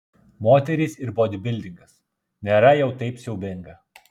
moterys ir bodybildingas nėra jau taip siaubinga